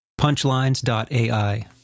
Punchlines.ai